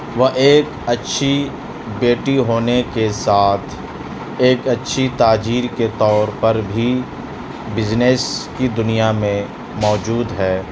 وہ ایک اچھی بیٹی ہونے کے ساتھ ایک اچھی تاجر کے طور پر بھی بزنس کی دنیا میں موجود ہے